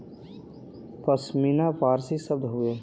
पश्मीना फारसी शब्द हउवे